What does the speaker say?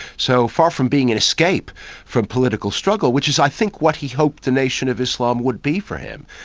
so, far from being an escape from political struggle, which is i think what he hoped the nation of islam would be for him,